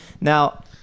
Now